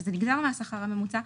שזה נגזר מהשכר הממוצע,